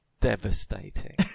devastating